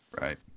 Right